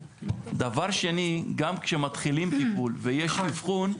דבר שני: גם כשמתחילים טיפול ויש אבחון,